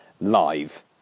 live